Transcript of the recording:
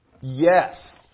yes